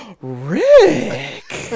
Rick